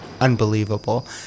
unbelievable